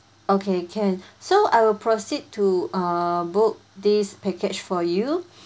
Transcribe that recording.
okay can so I will proceed to err book this package for you